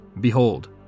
behold